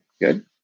Good